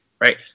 right